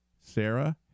Sarah